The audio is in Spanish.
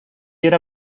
era